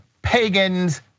Pagan's